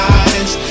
eyes